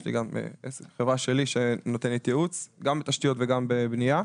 יש לי גם חברה שלי שנותנת ייעוץ גם בתשתיות וגם בבנייה.